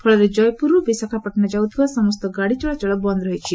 ଫଳରେ କୟପୁରରୁ ବିଶାଖାପାଟନା ଯାଉଥିବା ସମସ୍ତ ଗାଡି ଚଳାଚଳ ବନ୍ଦ ରହିଛି